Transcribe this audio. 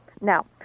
Now